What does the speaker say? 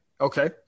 Okay